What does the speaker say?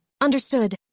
Understood